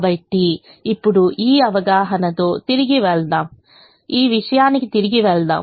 కాబట్టి ఇప్పుడు ఈ అవగాహనతో తిరిగి వెళ్దాం మనం తిరిగి వెళ్దాం మనం తిరిగి వెళ్దాం ఈ విషయానికి తిరిగి వెళ్దాం